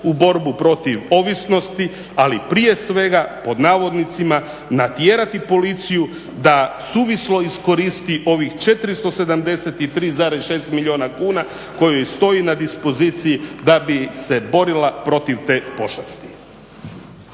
u borbu protiv ovisnosti, ali prije svega, pod navodnicima natjerati policiju da suvislo iskoristi ovih 473,6 milijuna kuna koji joj stoji na dispoziciji da bi se borila protiv te pošasti.